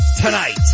tonight